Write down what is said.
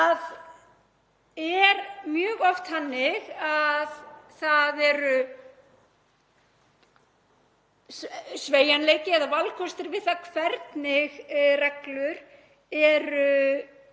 Það er mjög oft þannig að það er sveigjanleiki eða valkostur við það hvernig reglur eru